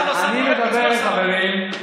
אני מדבר עם חברים,